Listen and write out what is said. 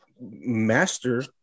master